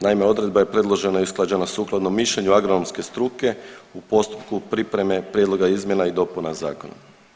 Naime, odredba je predložena i usklađena sukladno mišljenju agronomske struke u postupku pripreme prijedloga izmjena i dopuna zakona.